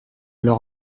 leur